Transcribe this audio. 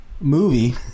movie